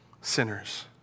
sinners